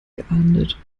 geahndet